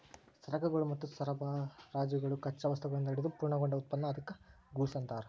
ಸರಕುಗಳು ಮತ್ತು ಸರಬರಾಜುಗಳು ಕಚ್ಚಾ ವಸ್ತುಗಳಿಂದ ಹಿಡಿದು ಪೂರ್ಣಗೊಂಡ ಉತ್ಪನ್ನ ಅದ್ಕ್ಕ ಗೂಡ್ಸ್ ಅನ್ತಾರ